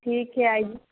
ٹھیک ہے آئیے